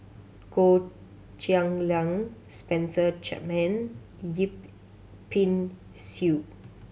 Goh Cheng Liang Spencer Chapman Yip Pin Xiu